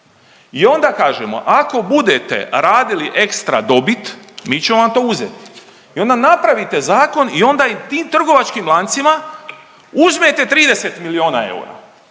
i onda kažemo ako budete radili ekstra dobit mi ćemo vam to uzet i onda napravite zakon i onda tim trgovačkim lancima uzmete 30 miliona eura.